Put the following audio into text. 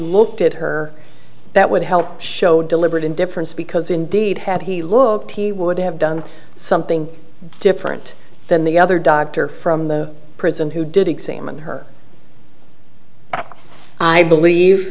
looked at her that would help show deliberate indifference because indeed had he looked he would have done something different than the other doctor from the prison who did examine her i believe